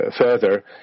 further